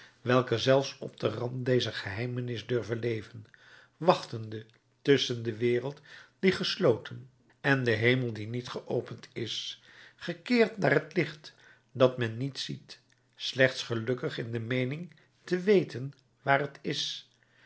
welke zelfs op den rand dezer geheimenis durven leven wachtende tusschen de wereld die gesloten en den hemel die niet geopend is gekeerd naar het licht dat men niet ziet slechts gelukkig in de meening te weten waar het is